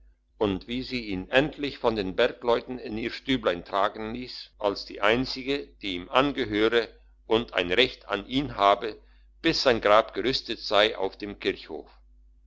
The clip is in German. und wie sie ihn endlich von den bergleuten in ihr stübchen tragen ließ als die einzige die ihm angehöre und ein recht an ihn habe bis sein grab gerüstet sei auf dem kirchhof